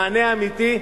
מענה אמיתי,